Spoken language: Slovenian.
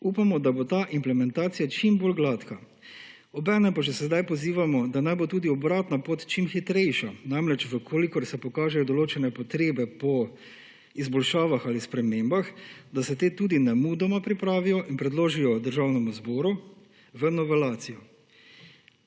upamo, da bo ta implementacija čim bolj gladka, obenem pa že sedaj pozivamo, da naj bo tudi obratna pot čim hitrejša. Namreč da se, če se pokažejo določene potrebe po izboljšavah ali spremembah, te tudi nemudoma pripravijo in predložijo Državnemu zboru v novelacijo.